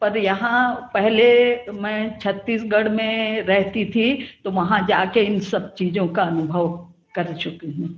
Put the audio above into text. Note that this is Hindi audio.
पर यहाँ पहले मैं छतीसगढ़ में रहती थी तो वहाँ जा कर इन सब चीज़ों का अनुभव कर चुकी हूँ